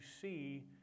see